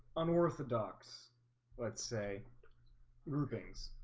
unworthy docs let's say groupings